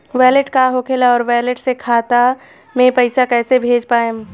Wallet का होखेला और वैलेट से खाता मे पईसा कइसे भेज पाएम?